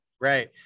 right